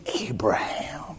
Abraham